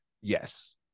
Yes